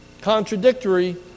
contradictory